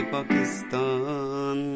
Pakistan